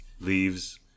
leaves